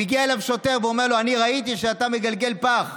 מגיע אליו שוטר ואומר לו: אני ראיתי שאתה מגלגל פח,